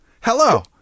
Hello